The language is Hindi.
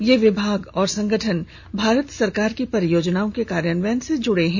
ये विभाग और संगठन भारत सरकार की परियोजनाओं के कार्यान्वयन से जुड़े हैं